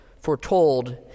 foretold